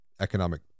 economic